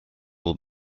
will